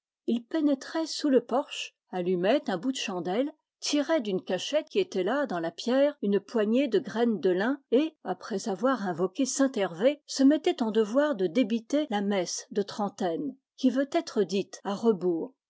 il pénétrait sous le por che allumait un bout de chandelle tirait d'une cachette qui était là dans la pierre une poignée de graines de lin et après avoir invoqué saint hervé se mettait en devoir de débiter la messe de trentaine qui veut être dite à rebours